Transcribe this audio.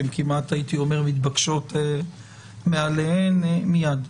הם כמעט הייתי אומר, מתבקשות מאליהן מיד.